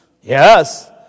Yes